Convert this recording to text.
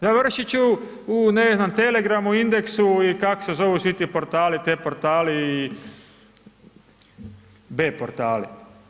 Završiti ću u ne znam Telegramu, Indexu i kako se zovu svi ti portali T-portali i B-portali.